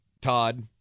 todd